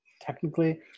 technically